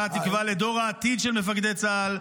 אתה התקווה לדור העתיד של מפקדי צה"ל,